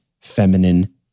feminine